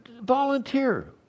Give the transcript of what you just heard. volunteer